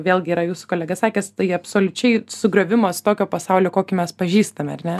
vėlgi yra jūsų kolega sakęs tai absoliučiai sugriovimas tokio pasaulio kokį mes pažįstame ar ne